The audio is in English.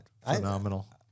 phenomenal